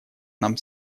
нам